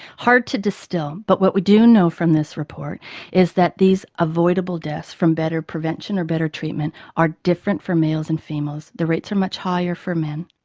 hard to distil. but what we do know from this report is that these avoidable deaths from better prevention or better treatment are different for males and females. the rates are much higher for men.